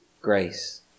grace